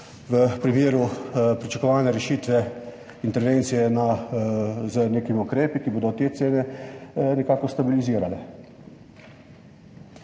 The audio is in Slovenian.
v primeru pričakovane rešitve, intervencije z nekimi ukrepi, ki bodo te cene nekako stabilizirali.